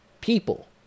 people